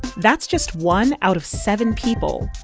that's just one out of seven people.